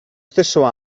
stesso